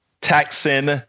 taxing